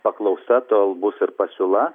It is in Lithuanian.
paklausa tol bus ir pasiūla